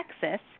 Texas